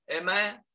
Amen